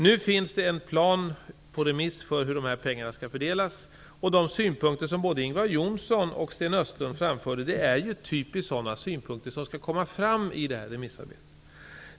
Planen på hur pengarna skall fördelas är nu ute på remiss. De synpunkter som både Ingvar Johnsson och Sten Östlund framförde är typiskt sådana som skall komma fram i remissarbetet.